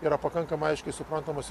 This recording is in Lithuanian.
yra pakankamai aiškiai suprantamas